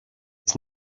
agus